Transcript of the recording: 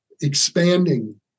expanding